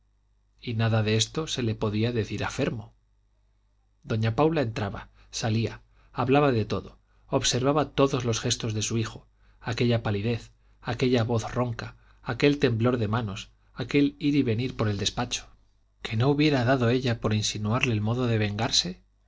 y nada de esto se le podía decir a fermo doña paula entraba salía hablaba de todo observaba todos los gestos de su hijo aquella palidez aquella voz ronca aquel temblor de manos aquel ir y venir por el despacho qué no hubiera dado ella por insinuarle el modo de vengarse